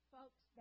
Folks